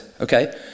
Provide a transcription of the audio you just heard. okay